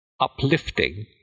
uplifting